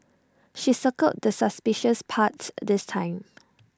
she circled the suspicious parts this time